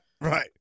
Right